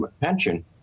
pension